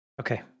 Okay